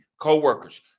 co-workers